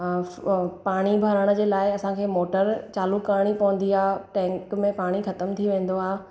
पाणी भरण जे लाइ असांखे मोटर चालू करणी पवंदी आहे टैंक में पाणी ख़तम थी वेंदो आहे